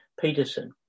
Peterson